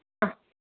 ആഹ്